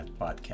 podcast